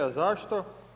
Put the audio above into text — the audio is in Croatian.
A zašto?